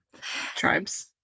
tribes